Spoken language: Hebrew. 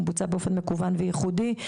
באופן מקוון וייחודי,